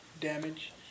damage